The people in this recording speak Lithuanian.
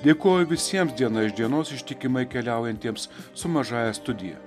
dėkoju visiem diena iš dienos ištikimai keliaujantiems su mažąja studija